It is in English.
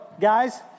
guys